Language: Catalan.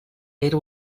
era